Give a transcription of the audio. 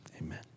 amen